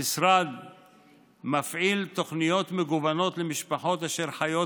המשרד מפעיל תוכניות מגוונות למשפחות אשר חיות